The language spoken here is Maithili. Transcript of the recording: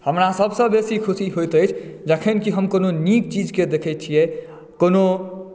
हमरा सभसँ बेसी खुशी होइत अछि जखन कि हम कोनो नीक चीजकेँ देखै छियै कोनो